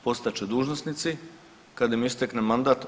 Postat će dužnosnici kada im istekne mandat.